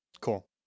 Cool